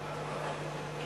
לא הספקתי ללחוץ.